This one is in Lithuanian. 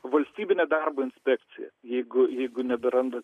valstybinė darbo inspekcija jeigu jeigu neberanda